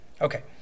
Okay